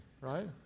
right